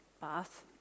bath